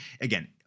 again